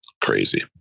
crazy